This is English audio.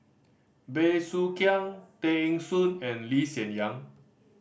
Bey Soo Khiang Tay Eng Soon and Lee Hsien Yang